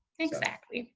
exactly